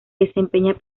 desempeña